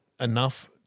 enough